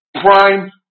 prime